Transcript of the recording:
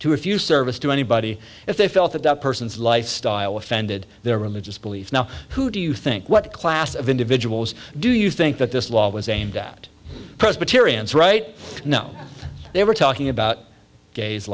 refuse service to anybody if they felt that the person's lifestyle offended their religious beliefs now who do you think what class of individuals do you think that this law was aimed at presbyterians right now they were talking about gays